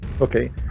Okay